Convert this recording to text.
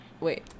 wait